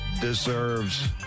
deserves